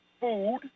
food